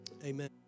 Amen